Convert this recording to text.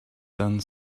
done